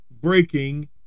breaking